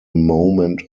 moment